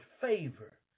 favor